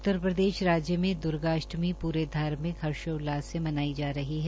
उत्तर प्रदेश राज्य में दुर्गा अष्टमी पूरे धार्मिक हर्षोल्लास से मनाई जा रही है